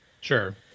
Sure